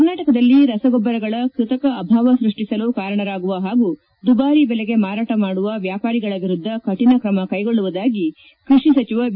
ಕರ್ನಾಟಕದಲ್ಲಿ ರಸಗೊಬ್ಬರಗಳ ಕೃತಕ ಅಭಾವ ಸೃಷ್ಷಿಸಲು ಕಾರಣರಾಗುವ ಹಾಗೂ ದುಬಾರಿ ಬೆಲೆಗೆ ಮಾರಾಟ ಮಾಡುವ ವ್ಯಾಪಾರಿಗಳ ವಿರುದ್ಧ ಕಠಿಣ ಕ್ರಮ ಕೈಗೊಳ್ಳುವುದಾಗಿ ಕೃಷಿ ಸಚಿವ ಬಿ